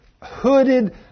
hooded